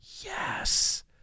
Yes